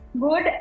good